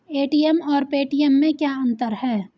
ATM और Paytm में क्या अंतर है?